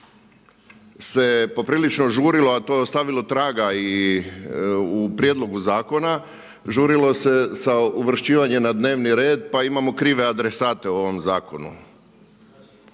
se poprilično žurilo, a to je ostavilo traga i u prijedlogu zakona, žurilo se sa uvršćivanjem na dnevni red pa imamo krive adresate u ovom zakonu.